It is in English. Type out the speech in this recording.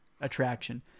attraction